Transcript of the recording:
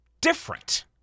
different